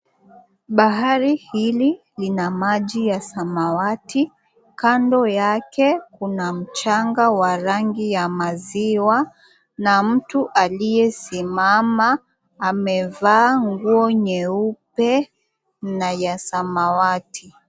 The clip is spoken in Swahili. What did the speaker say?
Bahari hili lina maji ya samawati kando yake kuna mchanga wa rangi ya maziwa na mtu aliyesimama amevaa nguo nyeupe na ya samawati.